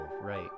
Right